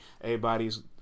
everybody's